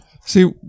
See